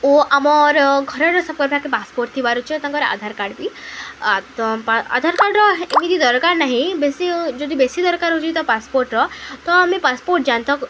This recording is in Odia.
ଓ ଆମର ଘରର ସବର୍ ପାଖେ ପାସପୋର୍ଟ ଥିବାରୁ ଅଛେ ତାଙ୍କର ଆଧାର କାର୍ଡ଼ ବି ଆଧାର କାର୍ଡ଼ର ଏମିତି ଦରକାର ନାହିଁ ବେଶୀ ଯଦି ବେଶୀ ଦରକାର ହେଉଛି ତ ପାସପୋର୍ଟର ତ ଆମେ ପାସପୋର୍ଟ